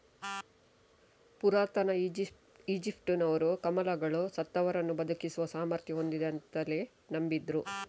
ಪುರಾತನ ಈಜಿಪ್ಟಿನವರು ಕಮಲಗಳು ಸತ್ತವರನ್ನ ಬದುಕಿಸುವ ಸಾಮರ್ಥ್ಯ ಹೊಂದಿವೆ ಅಂತಲೇ ನಂಬಿದ್ರು